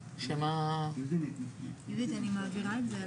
ואני באמת מקווה שהיא תעבור יחד עם הרפורמה,